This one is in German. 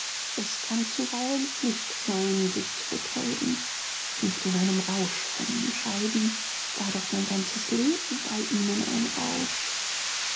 es kann zuweilen pflicht sein sich zu betäuben ich möchte in einem rausch von ihnen scheiden war doch mein ganzes leben bei ihnen ein rausch